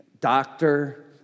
doctor